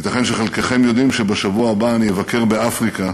ייתכן שחלקכם יודעים שבשבוע הבא אבקר באפריקה,